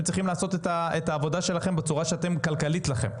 צריכים לעשות את העבודה שלכם בצורה שכלכלית לכם.